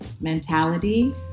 mentality